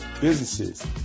Businesses